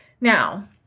Now